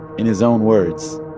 in his own words.